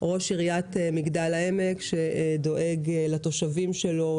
ראש עיריית מגדל העמק שדואג לפרנסת התושבים שלו.